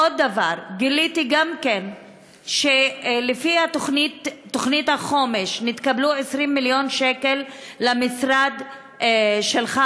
עוד דבר: גיליתי גם שלפי תוכנית החומש נתקבלו 20 מיליון שקל למשרד שלך,